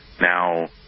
Now